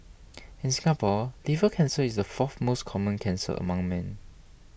in Singapore liver cancer is the fourth most common cancer among men